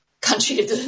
country